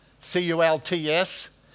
C-U-L-T-S